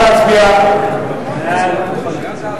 2. מה ייעשה להנפקת